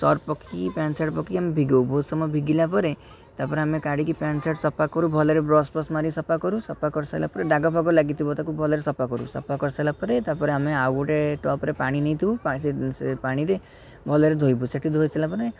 Surf ପକାଇକି pant shirt ପକାଇକି ଆମେ ଭିଗାଉ ବହୁତ ସମୟ ଭିଗିଲା ପରେ ତା ପରେ ଆମେ କାଢ଼ିକି ପ୍ୟାଣ୍ଟ ସାର୍ଟ୍ ସଫା କରୁ ଭଲରେ ବ୍ରଶ ଫ୍ରସ ମାରି ସଫା କରୁ ସଫା କରି ସାରିଲା ପରେ ଦାଗ ଫାଗ ଲାଗିଥିବ ତାକୁ ଭଲରେ ସଫା କରୁ ସଫା କରି ସାରିଲା ପରେ ତା ପରେ ଆମେ ଆଉ ଗୋଟେ ଟପ୍ ରେ ପାଣି ନେଇଥାଉ ସେ ସେ ସେହି ପାଣିରେ ଭଲରେ ଧୋଇବୁ ସେଠି ଧୋଇ ସାରିଲା ପରେ